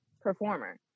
performer